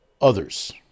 others